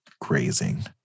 grazing